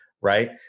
right